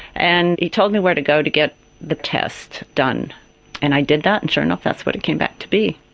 and he told me where to go to get the test done and i did that, and sure enough that's what it came back to be.